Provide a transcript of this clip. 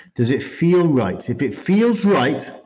does it feel right? if it feels right,